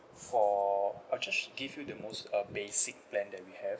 for I'll just give you the most uh basic plan that we have